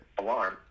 alarm